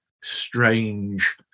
strange